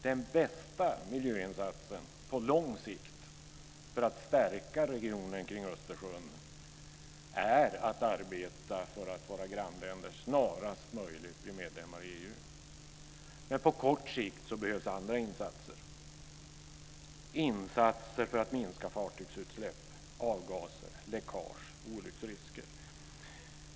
Den bästa miljöinsatsen på lång sikt för att stärka regionen kring Östersjön är att arbeta för att våra grannländer snarast möjligt blir medlemmar i EU. Men på kort sikt behövs andra insatser - insatser för att minska fartygsutsläpp, avgaser, läckage och olycksrisker.